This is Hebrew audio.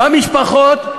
במשפחות,